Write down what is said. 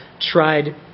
tried